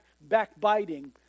backbiting